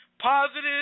Positive